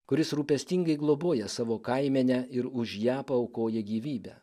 kuris rūpestingai globoja savo kaimenę ir už ją paaukoja gyvybę